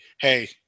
Hey